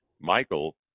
Michael